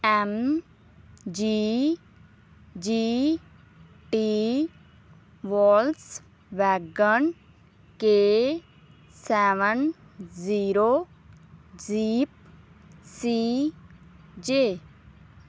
M G G T Volkswagen K seven zero Jeep C ਜੇ